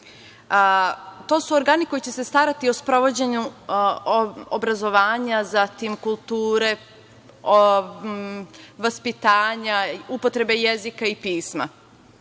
To su organi koji će se starati o sprovođenju obrazovanja, zatim kulture, vaspitanja, upotrebe jezika i pisma.